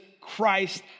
Christ